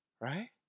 Right